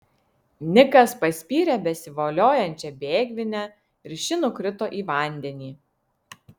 nikas paspyrė besivoliojančią bėgvinę ir ši nukrito į vandenį